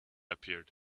appeared